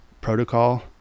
protocol